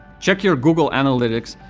check your google analytics,